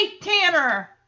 Tanner